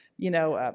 you know,